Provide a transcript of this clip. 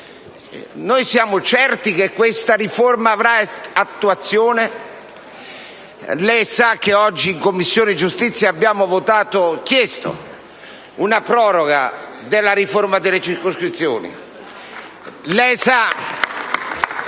siamo certi che questa riforma avrà attuazione? Lei sa che oggi in Commissione giustizia abbiamo chiesto una proroga della riforma delle circoscrizioni